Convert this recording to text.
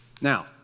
Now